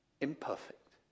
imperfect